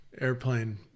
airplane